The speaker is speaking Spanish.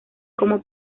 como